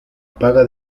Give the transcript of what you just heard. paga